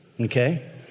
Okay